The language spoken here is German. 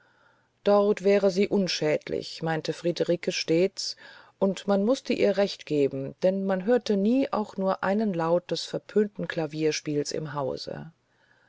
dort wäre sie unschädlich meinte friederike stets und man mußte ihr recht geben denn man hörte nie auch nur einen laut des verpönten klavierspiels im hause